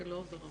(היו"ר רם שפע) אני מתנצל.